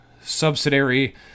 subsidiary